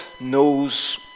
knows